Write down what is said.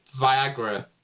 viagra